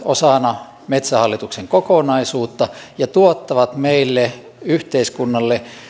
osana metsähallituksen kokonaisuutta ja tuottaa meille yhteiskunnalle